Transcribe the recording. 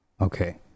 Okay